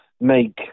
make